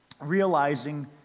realizing